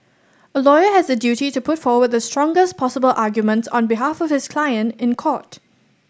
a lawyer has the duty to put forward the strongest possible arguments on behalf of his client in court